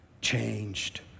changed